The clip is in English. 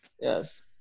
Yes